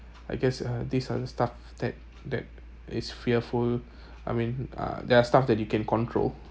I guess uh these are the stuff that that is fearful I mean uh there are stuff that you can control